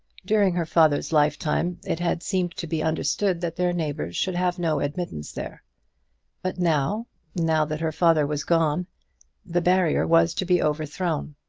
during her father's lifetime it had seemed to be understood that their neighbour should have no admittance there but now now that her father was gone the barrier was to be overthrown.